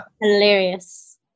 hilarious